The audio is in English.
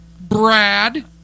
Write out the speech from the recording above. Brad